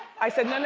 i said,